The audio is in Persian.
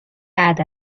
بعد